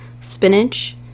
spinach